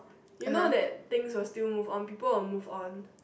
you know that things will still move on people will move on